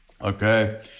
Okay